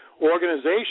organization